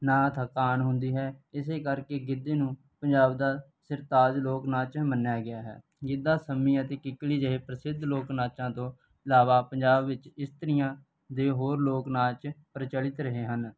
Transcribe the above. ਨਾ ਥਕਾਨ ਹੁੰਦੀ ਹੈ ਇਸੇ ਕਰਕੇ ਗਿੱਧੇ ਨੂੰ ਪੰਜਾਬ ਦਾ ਸਿਰਤਾਜ ਲੋਕ ਨਾਚ ਮੰਨਿਆ ਗਿਆ ਹੈ ਗਿੱਧਾ ਸੰਮੀ ਅਤੇ ਕਿੱਕਲੀ ਜਿਹੀ ਪ੍ਰਸਿੱਧ ਲੋਕ ਨਾਚਾਂ ਤੋਂ ਇਲਾਵਾ ਪੰਜਾਬ ਵਿੱਚ ਇਸਤਰੀਆਂ ਦੇ ਹੋਰ ਲੋਕ ਨਾਚ ਪ੍ਰਚਲਿਤ ਰਹੇ ਹਨ